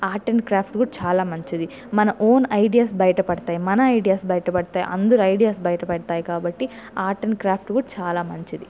art and craft కూడా చాలా మంచిది మన ఓన్ ఐడియాస్ బయటపడతాయి మన ఐడియాస్ బయటపడతాయి అందరు ఐడియాస్ బయటపడతాయి కాబట్టి ఆర్ట్ అండ్ క్రాఫ్ట్ కూడా చాలా మంచిది